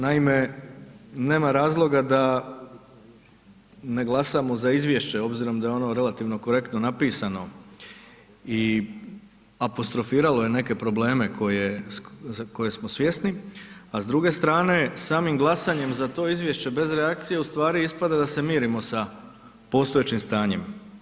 Naime, nema razloga da ne glasamo za izvješće obzirom da je ono relativno korektno napisano i apostrofiralo je neke probleme koje, za koje smo svjesni, a s druge strane samim glasanjem za to izvješće bez reakcije u stvari ispada da se mirimo sa postojećim stanjem.